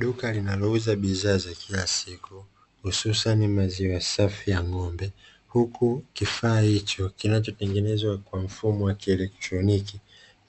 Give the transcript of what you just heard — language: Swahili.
Duka linalouza bidhaa za kila siku hususani maziwa safi ya ng'ombe, huku kifaa hicho kinachotengenezwa kwa mfumo wa kielektroniki